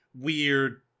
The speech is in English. weird